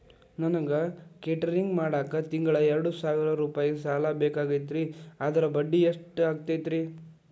ನನಗ ಕೇಟರಿಂಗ್ ಮಾಡಾಕ್ ತಿಂಗಳಾ ಎರಡು ಸಾವಿರ ರೂಪಾಯಿ ಸಾಲ ಬೇಕಾಗೈತರಿ ಅದರ ಬಡ್ಡಿ ಎಷ್ಟ ಆಗತೈತ್ರಿ?